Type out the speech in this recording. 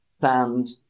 sand